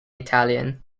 italian